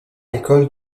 l’école